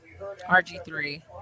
rg3